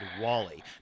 Wally